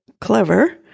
clever